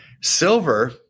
Silver